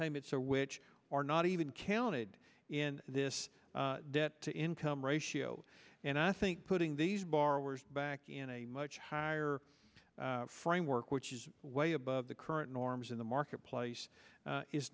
payments are which are not even counted in this debt to income ratio and i think putting these borrowers back in a much higher framework which is way above the current norms in the marketplace